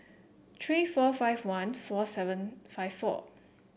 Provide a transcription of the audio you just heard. three four five one four seven five four